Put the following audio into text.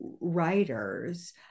writers